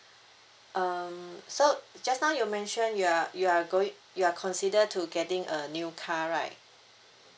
um so just now you mentioned you are you are going you are consider to getting a new car right